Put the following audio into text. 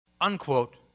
Unquote